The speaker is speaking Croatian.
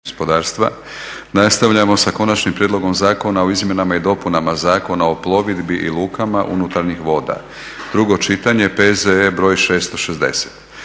(HNS)** Nastavljamo sa: - Konačnim prijedlogom Zakona o izmjenama i dopunama Zakona o plovidbi i lukama unutarnjih voda, drugo čitanje, P.Z.E.BR.660.